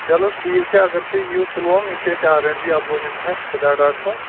چلو ٹھیٖک چھُ اگر تُہۍ یِیِو پُلووم یہِ چھُ اَسہِ آر اینٛڈ بی اَپوزِٹ چھِ اَسہِ فِدا ڈاٹ کام